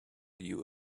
you